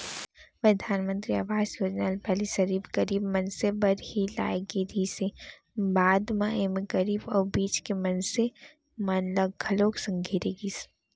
परधानमंतरी आवास योजना ल पहिली सिरिफ गरीब मनसे बर ही लाए गे रिहिस हे, बाद म एमा गरीब अउ बीच के मनसे मन ल घलोक संघेरे गिस